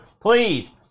please